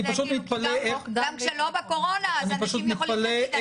גם שלא בקורונה אז אנשים יכולים להגיד,